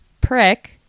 prick